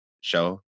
show